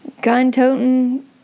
gun-toting